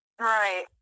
right